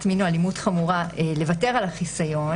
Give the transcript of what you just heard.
מין או אלימות חמורה לוותר על החיסיון,